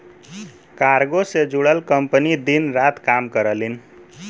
cargo से जुड़ल company दिन रात काम करलीन